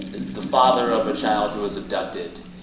the father of a child who was abducted,